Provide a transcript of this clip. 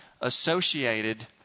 associated